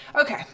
Okay